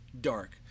dark